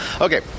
okay